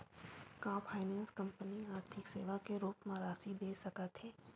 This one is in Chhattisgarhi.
का फाइनेंस कंपनी आर्थिक सेवा के रूप म राशि दे सकत हे?